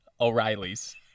O'Reilly's